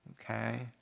Okay